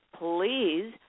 please